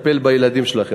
לטפל בילדים שלכם.